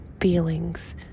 feelings